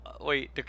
wait